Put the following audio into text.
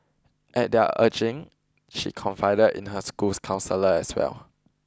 at their urging she confided in her school's counsellor as well